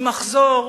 עם מחזור